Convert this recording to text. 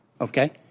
Okay